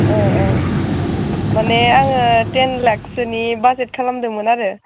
माने आङो टेन लाखसोनि बाजेट खालामदोंमोन आरो